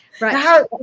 Right